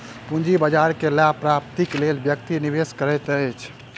पूंजी बाजार में लाभ प्राप्तिक लेल व्यक्ति निवेश करैत अछि